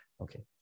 Okay